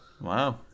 Wow